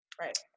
Right